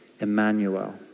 Emmanuel